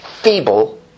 feeble